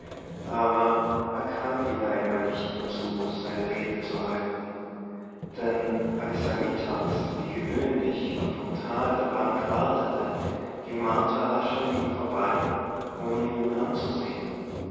aber er kam wieder einmal nicht dazu seine rede zu halten denn als er mittags wie gewöhnlich am portal der bank wartete ging martha rasch an ihm vorbei ohne ihn anzusehen